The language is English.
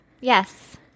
Yes